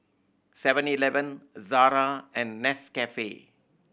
Seven Eleven Zara and Nescafe